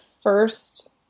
first